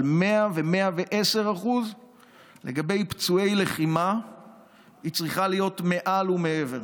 של 100% ו-110% לגבי פצועי לחימה היא צריכה להיות מעל ומעבר.